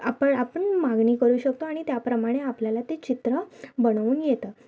आपण आपण मागणी करू शकतो आणि त्या प्रमाणे आपल्याला ते चित्र बनवून येतं